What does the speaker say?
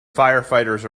firefighters